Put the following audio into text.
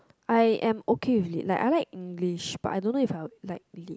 I am okay with it like I like English but I don't if I will like lit